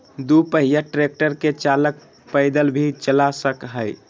दू पहिया ट्रेक्टर के चालक पैदल भी चला सक हई